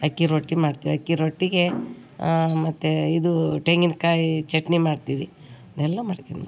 ಅಕ್ಕಿ ರೊಟ್ಟಿ ಮಾಡ್ತೀವಿ ಅಕ್ಕಿ ರೊಟ್ಟಿಗೆ ಮತ್ತು ಇದು ತೆಂಗಿನಕಾಯಿ ಚಟ್ನಿ ಮಾಡ್ತೀವಿ ಇದನೆಲ್ಲ ಮಾಡ್ತೀವಿ ಮತ್ತೆ